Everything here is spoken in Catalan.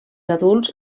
adults